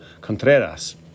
Contreras